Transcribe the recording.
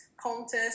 contest